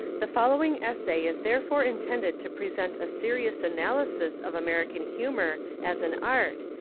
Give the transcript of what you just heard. the following essay is therefore intended to present a serious analysis of american humour as an art,